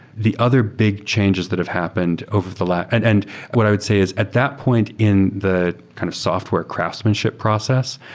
the other big changes that have happened over the like and and what i would say is at that point in the kind of software craftsmanship process,